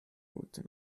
route